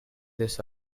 this